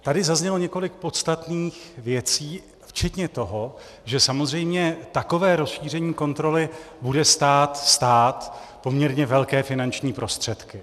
Tady zaznělo několik podstatných věcí včetně toho, že samozřejmě takové rozšíření kontroly bude stát stát poměrně velké finanční prostředky.